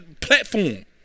platform